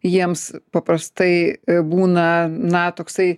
jiems paprastai būna na toksai